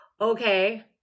Okay